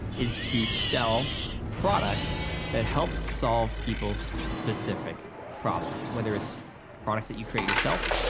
is to sell products that help solve people's specific problems, whether it's products that you create yourself,